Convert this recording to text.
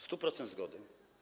100% zgody.